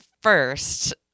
first